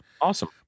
Awesome